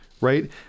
right